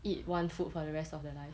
eat one food for the rest of their life